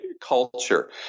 culture